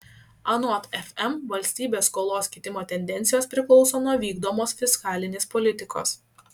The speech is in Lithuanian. anot fm valstybės skolos kitimo tendencijos priklauso nuo vykdomos fiskalinės politikos